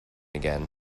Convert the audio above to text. again